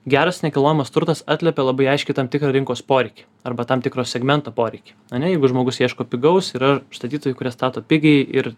geras nekilnojamas turtas atliepia labai aiškiai tam tikrą rinkos poreikį arba tam tikro segmento poreikį ane jeigu žmogus ieško pigaus yra statytojų kurie stato pigiai ir